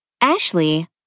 Ashley